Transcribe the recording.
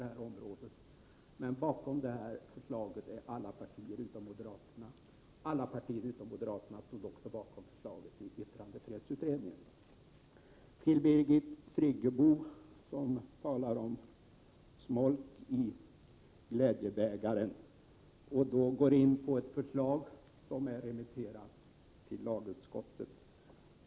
1987/88:122 partier utom moderaterna står bakom föreliggande förslag. Alla partier utom moderaterna stod också bakom förslaget i yttrandefrihetsutredningen. Birgit Friggebo talar om smolk i glädjebägaren och går in på ett förslag som är remitterat till lagutskottet.